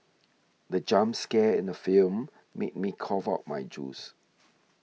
the jump scare in the film made me cough out my juice